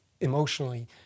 emotionally